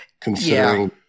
considering